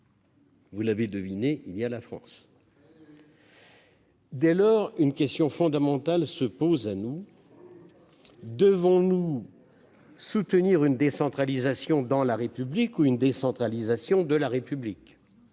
a, si j'ose dire, la France. Eh oui ! Dès lors, une question fondamentale se pose. Devons-nous soutenir une décentralisation dans la République ou une décentralisation de la République ?